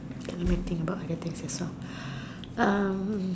okay let me think about things as well um